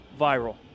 viral